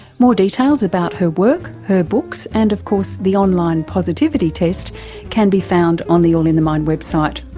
more details about her work, her books and of course the online positivity test can be found on the all in the mind website.